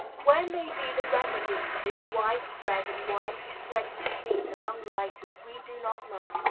where may be the remedy for this widespread and widely spreading disease among writers we do not know.